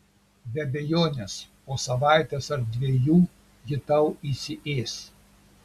be abejonės po savaitės ar dviejų ji tau įsiės